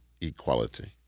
equality